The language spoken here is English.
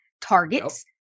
targets